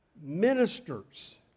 ministers